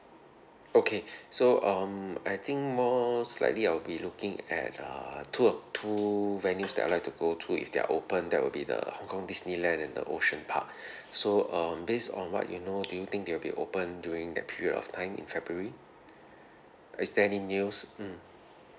okay so um I think more slightly I will be looking at uh two of two venues that I'd like to go to if they're open that will be the hong-kong disneyland and the ocean park so um based on what you know do you think they'll be open during that period of time in february is there any news mm